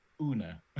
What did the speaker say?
Una